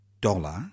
dollar